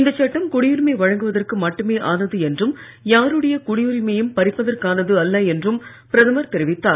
இந்த சட்டம் குடியுரிமை வழங்குவதற்கு மட்டுமே ஆனது என்றும் யாருடைய குடியுரிமையையும் பறிப்பதற்கானது அல்ல என்றும் பிரதமர் தெரிவித்தார்